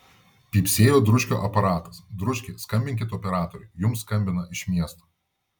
pypsėjo dručkio aparatas dručki skambinkit operatoriui jums skambina iš miesto